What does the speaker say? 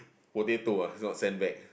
potato ah is not sandbag